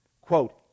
quote